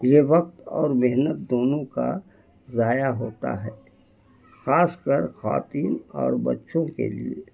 یہ وقت اور محنت دونوں کا ضائع ہوتا ہے خاص کر خواتین اور بچوں کے لیے